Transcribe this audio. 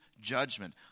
judgment